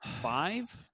five